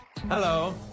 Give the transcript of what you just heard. Hello